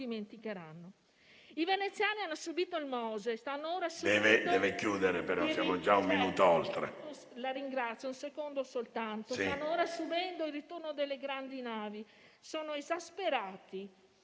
I veneziani hanno subìto il Mose; stanno ora subendo il ritorno delle grandi navi; sono esasperati